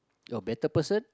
a better person